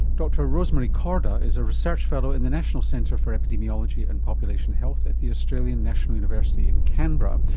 dr rosemary korda is a research fellow in the national centre for epidemiology and population health at the australian national university in canberra.